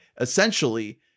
essentially